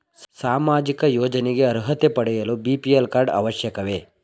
ಸಾಮಾಜಿಕ ಯೋಜನೆಗೆ ಅರ್ಹತೆ ಪಡೆಯಲು ಬಿ.ಪಿ.ಎಲ್ ಕಾರ್ಡ್ ಅವಶ್ಯಕವೇ?